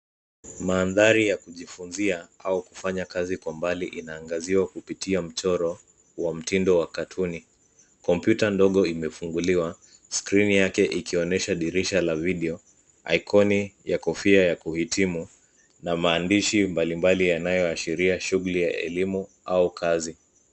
Mandhari ya kujifunzia au kufanya kazi kwa mbali inangaziwa kupitia mchoro au mtindo wa cartoon Komputa ndogo imefunguliwa skrini yake ikionyesha dirisha la video icon ya kofia ya kuhitimu na maandishi mbali mbali yanayo ashiria shughuli ya elimu au kazi.